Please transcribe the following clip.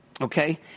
okay